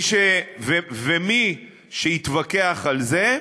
ומי שיתווכח על זה,